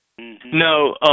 No